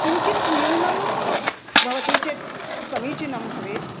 किञ्चित् न्यूनं भवति चेत् समीचीनं भवेत्